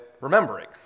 remembering